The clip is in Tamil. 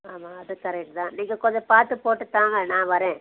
ஆமாம் அது கரெக்ட் தான் நீங்கள் கொஞ்சம் பார்த்து போட்டு தாங்க நான் வரேன்